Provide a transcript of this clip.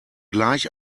gleich